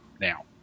now